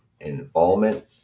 involvement